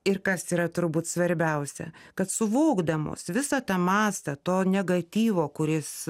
ir kas yra turbūt svarbiausia kad suvokdamos visą tą mastą to negatyvo kuris